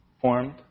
formed